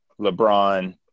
LeBron